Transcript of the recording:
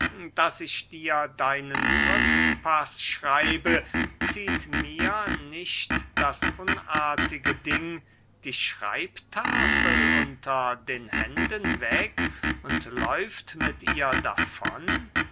daß ich dir deinen rückpaß schreibe zieht mir nicht das unartige ding die schreibtafel unter den händen weg und läuft mit ihr davon